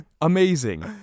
Amazing